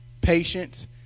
patience